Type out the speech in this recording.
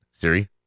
Siri